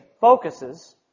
focuses